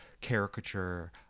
caricature